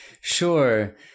Sure